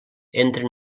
entren